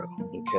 okay